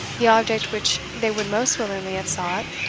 the object which they would most willingly have sought,